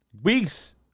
weeks